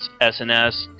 SNS